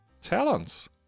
talents